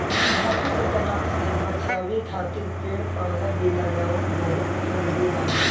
माटी के कटाव से बाचावे खातिर पेड़ पौधा भी लगावल बहुत जरुरी बावे